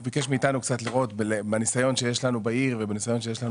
הוא ביקש מאתנו קצת לראות בניסיון שיש לנו בעיר ובניסיון שיש לנו